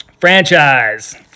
franchise